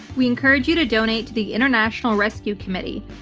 we encourage you to donate to the international rescue committee,